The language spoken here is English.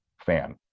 fan